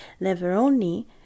Leveroni